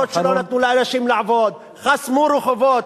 אף-על-פי שלא נתנו לאנשים לעבוד, חסמו רחובות.